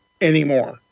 anymore